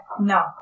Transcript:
No